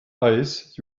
ice